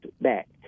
back